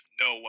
no